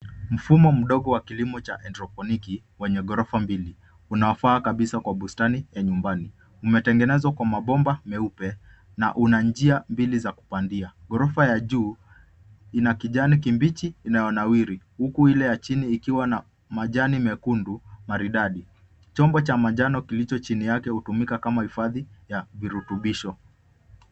Mfumo mdogo kwenye mfumo wa petroniki kwenye unaofaa kabisa kwenye bustani ndogo ya nyumbani. Umetengezwa kwa mabomba mbili